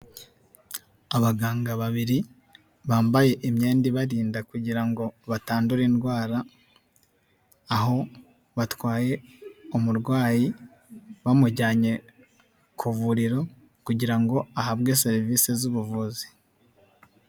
Abaganga babiri bambaye imyenda ibarinda kugira ngo batandura indwara, aho batwaye umurwayi bamujyanye ku ivuriro kugira ngo ahabwe serivise z'ubuvuzi.